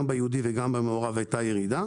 גם ביהודי וגם במעורב הייתה ירידה.